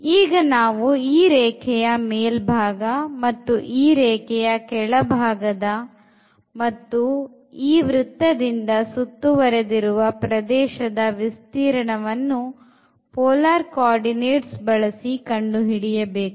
ಈಗ ನಾವು ಈ ರೇಖೆಯ ಮೇಲ್ಭಾಗ ಮತ್ತು ಈ ರೇಖೆಯ ಕೆಳಭಾಗದ ಮತ್ತು ವೃತ್ತದಿಂದ ಸುತ್ತುವರೆದಿರುವ ಪ್ರದೇಶದ ವಿಸ್ತೀರ್ಣವನ್ನು polar coordinates ಬಳಸಿ ಕಂಡುಹಿಡಿಯಬೇಕು